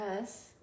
Yes